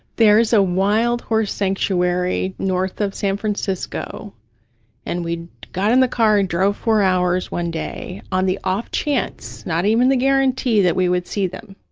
there's a wild horse sanctuary north of san francisco and we got in the car and drove four hours one day on the off chance, not even the guarantee, that we would see them,